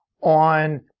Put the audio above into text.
on